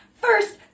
First